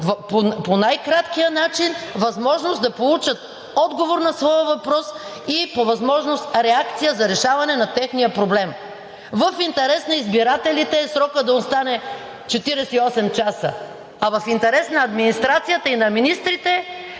по най-краткия начин да получат отговор на своя въпрос и по възможност реакция за решаване на техния проблем. В интерес на избирателите е срокът да остане 48 часа, а в интерес на администрацията и на министрите